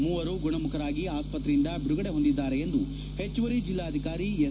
ಮೂವರು ಗುಣಮುಖರಾಗಿ ಆಸ್ಪತ್ರೆಯಿಂದ ಬಿಡುಗಡೆ ಹೊಂದಿದ್ದಾರೆ ಎಂದು ಹೆಚ್ಚುವರಿ ಜೆಲ್ಲಾಧಿಕಾರಿ ಎಸ್